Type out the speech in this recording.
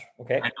Okay